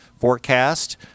forecast